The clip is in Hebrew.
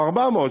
400,